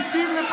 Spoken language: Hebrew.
מסית ומדיח.